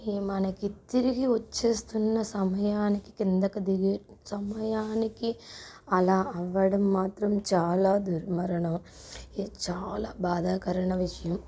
ఈ మనకి తిరిగి వచ్చేస్తున్న సమయానికి కిందకి దిగి సమయానికి అలా అవ్వడం మాత్రం చాలా దుర్మరణం ఇది చాలా బాధాకరమైన విషయం